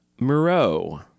Moreau